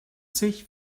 sich